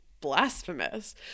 blasphemous